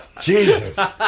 Jesus